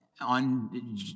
On